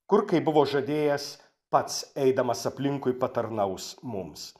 kur kaip buvo žadėjęs pats eidamas aplinkui patarnaus mums